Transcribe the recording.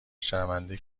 شرمنده